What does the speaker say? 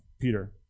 Peter